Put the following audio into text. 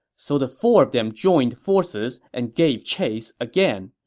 so the four of them joined forces and gave chase again.